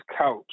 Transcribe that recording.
couch